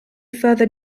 further